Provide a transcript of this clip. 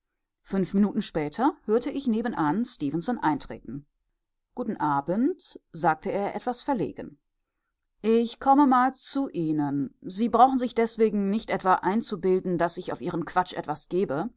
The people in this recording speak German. fünf minuten später hörte ich nebenan stefenson eintreten guten abend sagte er etwas verlegen ich komme mal zu ihnen sie brauchen sich deswegen nicht etwa einzubilden daß ich auf ihren quatsch etwas gebe